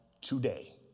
today